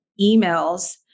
emails